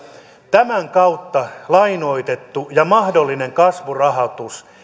tämän kautta lainoitettu ja mahdollinen kasvurahoitus